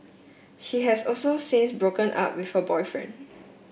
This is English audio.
she has also since broken up with her boyfriend